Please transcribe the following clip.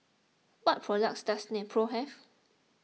what products does Nepro have